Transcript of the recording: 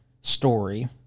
story